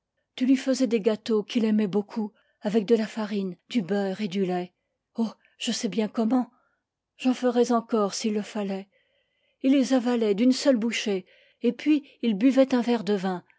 tu lui faisais des gâteaux qu'il aimait beaucoup avec de la farine du beurre et du lait oh je sais bien comment j'en ferais encore s'il le fallait ii les avalait d'une seule bouchée et puis il buvait un verre de vin